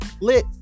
lit